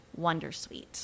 Wondersuite